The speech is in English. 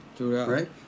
Right